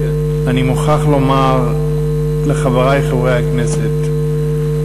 אני מוכרח לומר לחברי חברי הכנסת,